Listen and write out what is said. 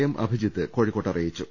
M Abhijith കോഴിക്കോട്ട് അറിയി ച്ചു